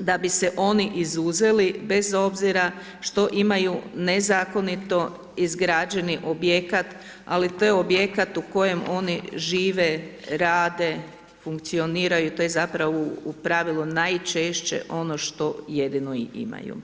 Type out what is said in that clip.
da ni se oni izuzeli bez obzira što imaju nezakonito izgrađeni objekat ali to je objekat u kojem oni žive, rade, funkcioniraju, to je zapravo u pravilu najčešće ono što jedino i imaju.